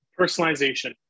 Personalization